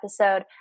episode